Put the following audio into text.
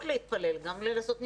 בשביל להתפלל גם בשביל לעשות ניסויים.